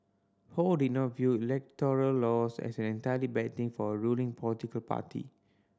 Ho did not view electoral loss as an entirely bad thing for a ruling political party